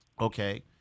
okay